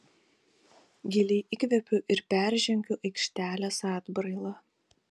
giliai įkvepiu ir peržengiu aikštelės atbrailą